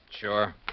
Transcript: Sure